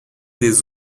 des